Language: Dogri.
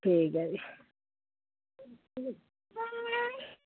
ठीक ऐ